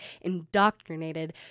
indoctrinated